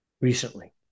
recently